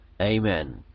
Amen